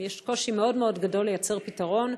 יש קושי גדול מאוד ליצור פתרון,